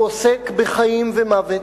הוא עוסק בחיים ומוות.